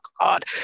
god